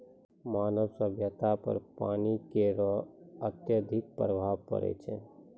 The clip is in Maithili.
मानव सभ्यता पर पानी केरो अत्यधिक प्रभाव पड़ै छै